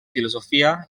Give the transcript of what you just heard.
filosofia